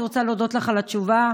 אני רוצה להודות לך על התשובה,